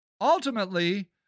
ultimately